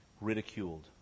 ridiculed